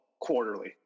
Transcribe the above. quarterly